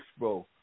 Expo